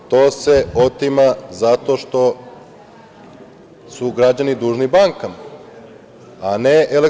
To se otima zato što su građani dužni bankama, a ne EDB.